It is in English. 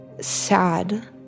sad